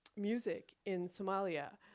music in somalia,